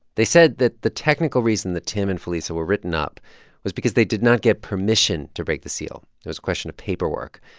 they said that the technical reason that tim and felisa were written up was because they did not get permission to break the seal. it was a question of paperwork.